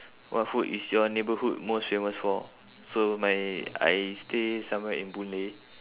what food is your neighbourhood most famous for so my I stay somewhere in boon lay